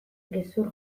gezur